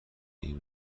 این